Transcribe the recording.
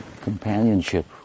companionship